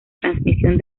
transmisión